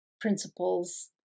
principles